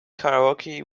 karaoke